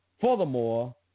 Furthermore